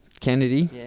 Kennedy